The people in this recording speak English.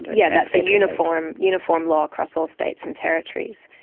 yeah that's a uniform uniform law across all states and territories.